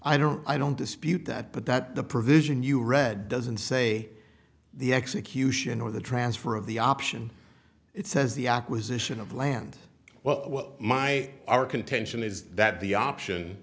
i don't i don't dispute that but that the provision you read doesn't say the execution or the transfer of the option it says the acquisition of land well my our contention is that the option